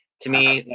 to me,